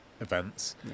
Events